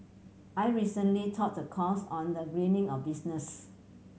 I recently taught a course on the greening of business